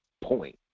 point